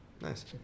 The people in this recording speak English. Nice